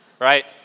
right